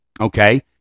Okay